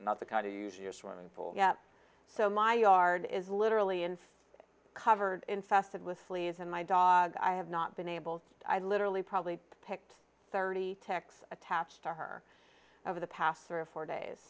not the kind of use your swimming pool so my yard is literally and covered infested with fleas and my dog i have not been able to i literally probably picked thirty techs attached to her over the past three or four days